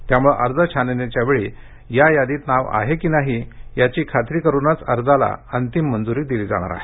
त्यामुळे अर्ज छाननीच्या वेळी या यादीत नाव आहे की नाही याची खात्री करुनच अर्जाला अंतिम मंजूरी दिली जाणार आहे